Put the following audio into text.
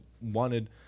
wanted